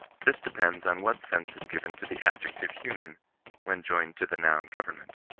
this depends on what sense is given to the adjective human when joined to the noun government.